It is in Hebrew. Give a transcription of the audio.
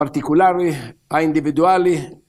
‫פרטיקולרי, אינדיבידואלי.